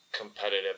competitive